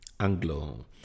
Anglo